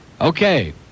Okay